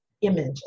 image